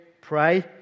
Pray